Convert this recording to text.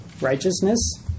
Righteousness